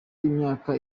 y’imyaka